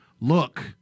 Look